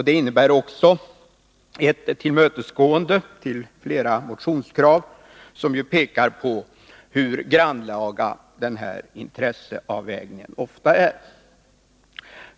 Det innebär också ett tillmötesgående till flera motionskrav som pekar på hur grannlaga denna intresseavvägning ofta är.